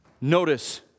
Notice